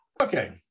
okay